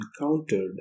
encountered